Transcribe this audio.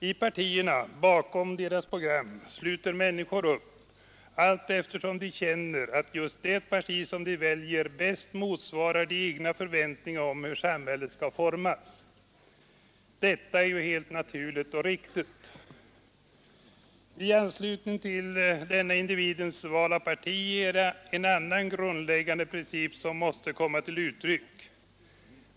I partierna bakom deras program sluter människor upp allteftersom de känner att just det parti som de väljer bäst motsvarar de egna förväntningarna om hur samhället skall formas. Detta är helt naturligt och riktigt. I anslutning till denna individens val av parti är det en annan grundläggande princip som måste komma till uttryck.